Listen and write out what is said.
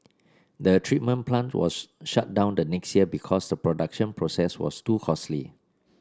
the treatment plant was shut down the next year because the production process was too costly